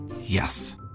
Yes